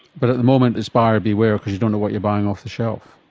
but at the moment it's buyer beware, because you don't know what you're buying off the shelf.